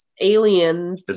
alien